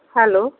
hello